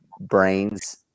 brains